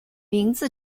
名字